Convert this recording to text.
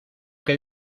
que